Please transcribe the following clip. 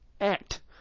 act